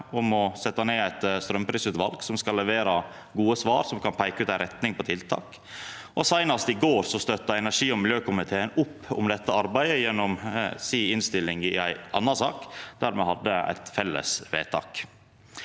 for å setja ned eit straumprisutval som skal levera gode svar, og som kan peika ut ei retning på tiltak. Seinast i går støtta energi- og miljøkomiteen opp om dette arbeidet gjennom si innstilling i ei anna sak, der me hadde eit felles vedtak.